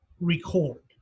record